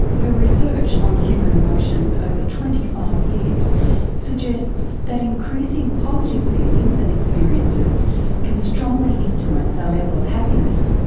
her research on human emotions over twenty five years suggests that increasing positive feelings and experiences can strongly influence our level of happiness,